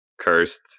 cursed